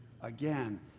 again